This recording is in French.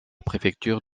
préfecture